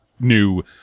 new